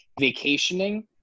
vacationing